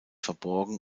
verborgen